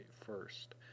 first